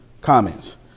Comments